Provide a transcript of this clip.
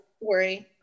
Worry